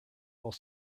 while